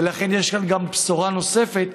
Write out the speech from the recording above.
ולכן יש כאן גם בשורה נוספת,